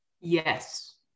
Yes